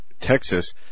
Texas